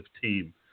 team